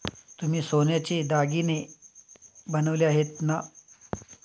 तुम्ही सोन्याचे दागिने बनवले आहेत ना?